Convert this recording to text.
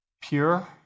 Pure